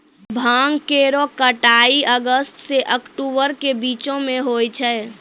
भांग केरो कटाई अगस्त सें अक्टूबर के बीचो म होय छै